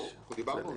דיברנו על זה.